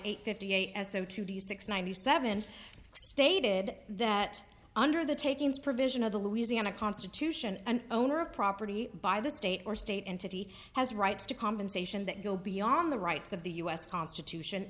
eight fifty eight as soon to be six ninety seven stated that under the takings provision of the louisiana constitution and owner of property by the state or state entity has rights to compensation that go beyond the rights of the us constitution